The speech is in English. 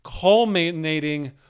culminating